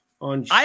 on